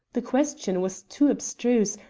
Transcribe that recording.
the question was too abstruse,